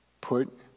Put